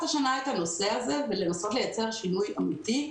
השנה את הנושא הזה ולנסות ליצור שינוי אמיתי,